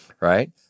right